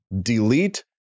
delete